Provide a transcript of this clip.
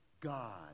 God